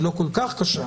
היא לא כל כך קשה,